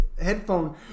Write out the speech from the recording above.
headphone